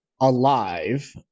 alive